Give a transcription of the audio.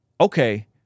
okay